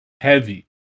heavy